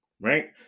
right